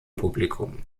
publikum